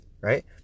Right